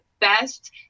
best